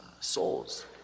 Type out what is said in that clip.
souls